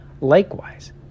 Likewise